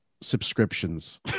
subscriptions